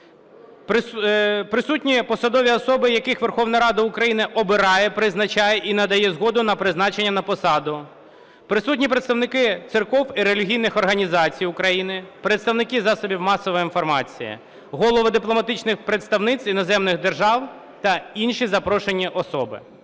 присутні посадові особи, яких Верховна Рада України обирає, призначає і надає згоду на призначення на посаду; присутні представники церков і релігійних організацій України; представники засобів масової інформації; голови дипломатичних представництв іноземних держав та інші запрошені особи.